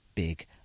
big